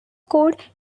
code